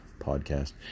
podcast